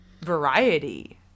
Variety